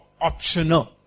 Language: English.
optional